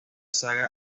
saga